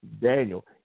Daniel